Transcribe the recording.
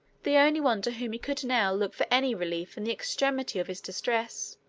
the only one to whom he could now look for any relief in the extremity of his distress.